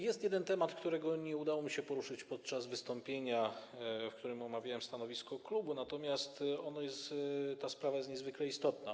Jest jeden temat, którego nie udało mi się poruszyć podczas wystąpienia, w którym omawiałem stanowisko klubu, natomiast ta sprawa jest niezwykle istotna.